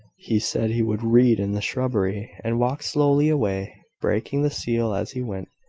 he said he would read in the shrubbery, and walked slowly away, breaking the seal as he went.